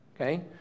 Okay